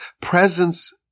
presence